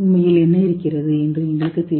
உண்மையில் என்ன இருக்கிறது என்று எங்களுக்குத் தெரியாது